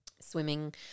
swimming